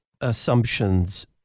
assumptions